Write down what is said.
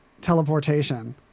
teleportation